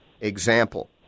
example